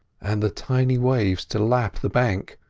and the tiny waves to lap the bank,